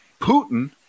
putin